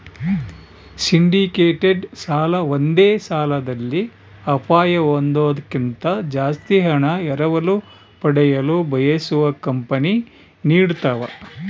syndicated ಸಾಲ ಒಂದೇ ಸಾಲದಲ್ಲಿ ಅಪಾಯ ಹೊಂದೋದ್ಕಿಂತ ಜಾಸ್ತಿ ಹಣ ಎರವಲು ಪಡೆಯಲು ಬಯಸುವ ಕಂಪನಿ ನೀಡತವ